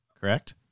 correct